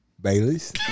Bailey's